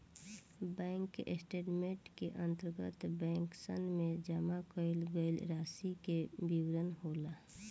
bank statement के अंतर्गत बैंकसन में जमा कईल गईल रासि के विवरण होला